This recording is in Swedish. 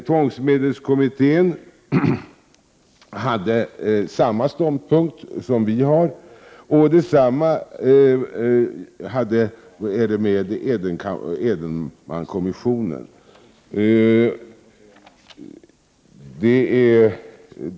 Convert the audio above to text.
Tvångsmedelskommittén hade samma ståndpunkt, och detsamma gäller Edenmankommissionen.